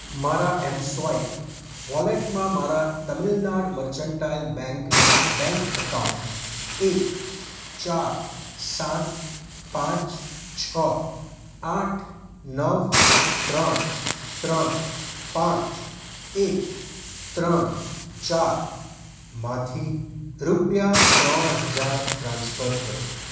મારા M swipe વોલેટમાં મારા તમિલનાડુ મર્ચન્ટાઇલ બેન્કના બેન્ક અકાઉન્ટ એક ચાર સાત પાંચ છ આઠ નવ ત્રણ ત્રણ પાંચ એક ત્રણ ચાર માંથી રૂપિયા ત્રણ હજાર ટ્રાન્સફર કરો